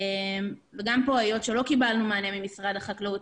גם פה מכיוון שלא קיבלנו מענה ממשרד החקלאות,